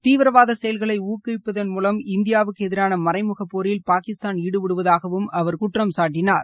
தீவிரவாத செயல்களை ஊக்குவிப்பதன் மூலம் இந்தியாவுக்கு எதிரான மறைமுகப் போரில் பாகிஸ்தான் ஈடுபடுவதாகவும் அவா் குற்றம்சாட்டினார்